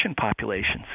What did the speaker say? populations